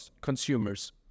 consumers